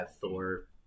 Thor